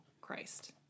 Christ